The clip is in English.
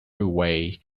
away